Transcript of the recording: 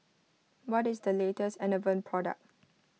what is the latest Enervon product